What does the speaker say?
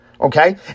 Okay